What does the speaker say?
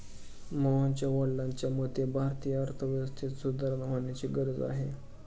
मोहनच्या वडिलांच्या मते, भारतीय अर्थव्यवस्थेत सुधारणा होण्याची गरज आहे